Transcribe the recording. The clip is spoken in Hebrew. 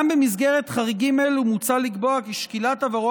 גם במסגרת חריגים אלו מוצע לקבוע כי שקילת עברו